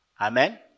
Amen